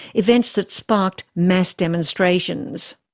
events that sparked mass demonstrations.